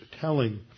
telling